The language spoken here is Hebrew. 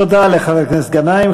תודה לחבר הכנסת גנאים.